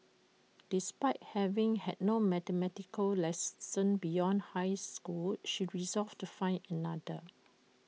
despite having had no mathematical lessons beyond high school she resolved to find another